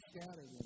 scattered